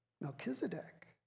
Melchizedek